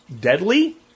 deadly